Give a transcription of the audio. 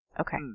okay